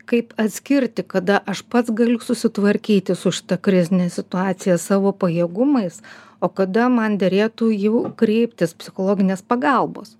kaip atskirti kada aš pats galiu susitvarkyti su šita krizine situacija savo pajėgumais o kada man derėtų jau kreiptis psichologinės pagalbos